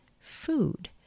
food